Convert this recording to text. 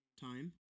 time